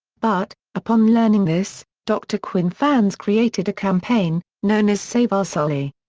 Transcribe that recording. but, upon learning this, dr. quinn fans created a campaign, known as save our sully.